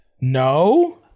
No